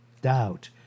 Doubt